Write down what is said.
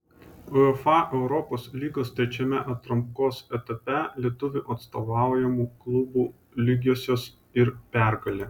uefa europos lygos trečiame atrankos etape lietuvių atstovaujamų klubų lygiosios ir pergalė